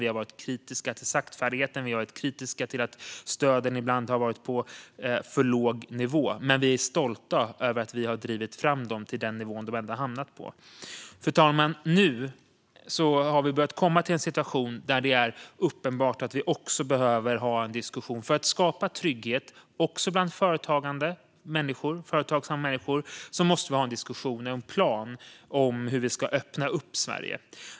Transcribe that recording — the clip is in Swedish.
Vi har varit kritiska till saktfärdigheten, och vi har varit kritiska till att stöden ibland har legat på en för låg nivå. Vi är dock stolta över att ha drivit fram dem till den nivå de ändå har hamnat på. Fru talman! Nu har vi börjat komma till en situation där det är uppenbart att vi för att skapa trygghet även bland företagande människor måste ha en diskussion om och en plan för hur vi ska öppna upp Sverige.